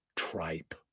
tripe